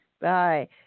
Bye